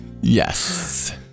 Yes